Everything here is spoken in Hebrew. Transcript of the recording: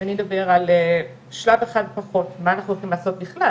ואיך אנחנו בישראל?